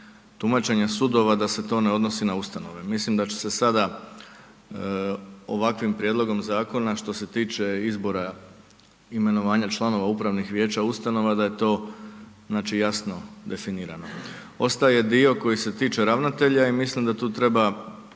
tumačenja sudova da se to ne odnosi na ustanove, mislim da će se sada ovakvim prijedlogom zakona što se tiče izbora imenovanja članova upravnih vijeća ustanova, da je to znači jasno definirano. Ostaje dio koji se tiče ravnatelja i mislim da tu treba